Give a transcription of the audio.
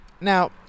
now